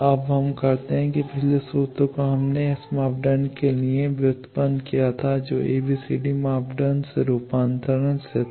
अब हम करते हैं कि पिछले सूत्र को हमने एस मापदंड के लिए व्युत्पन्न किया था जो एबीसीडी मापदंड से रूपांतरण से था